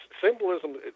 symbolism